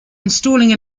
installing